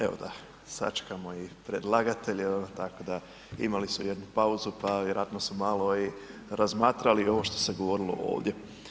Evo da sačekamo i predlagatelje tako da imali su jednu pauzu pa vjerojatno su malo i razmatrali ovo što se govorilo ovdje.